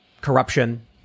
corruption